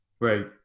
Right